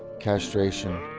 castration,